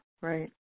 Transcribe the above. right